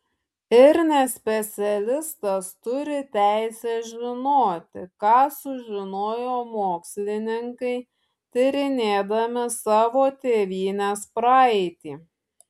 ir nespecialistas turi teisę žinoti ką sužinojo mokslininkai tyrinėdami savo tėvynės praeitį